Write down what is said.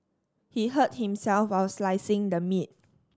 he hurt himself while slicing the meat